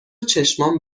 چشمام